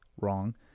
wrong